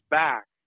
back